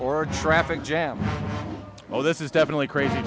or a traffic jam oh this is definitely crazy